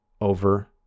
over